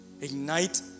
Ignite